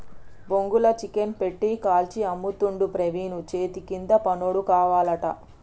బొంగుల చికెన్ పెట్టి కాల్చి అమ్ముతుండు ప్రవీణు చేతికింద పనోడు కావాలట